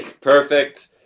Perfect